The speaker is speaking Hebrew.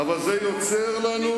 אבל זה יוצר לנו,